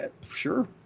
Sure